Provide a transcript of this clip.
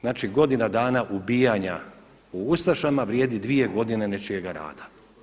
Znači godina dana ubijanja u ustašama vrijedi 2 godine nečijega rada.